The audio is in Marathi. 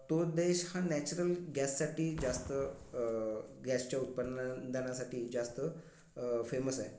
तो देश हा नॅचरल गॅससाठी जास्त गॅसच्या उत्पन्न दानासाठी जास्त फेमस आहे